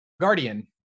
Guardian